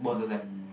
mm